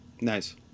nice